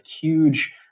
huge